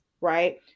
right